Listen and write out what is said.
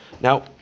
Now